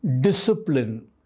discipline